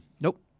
Nope